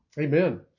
Amen